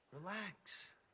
relax